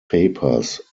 papers